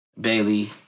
Bailey